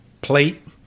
plate